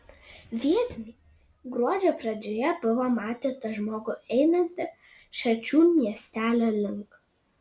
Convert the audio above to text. vietiniai gruodžio pradžioje buvo matę tą žmogų einantį šačių miestelio link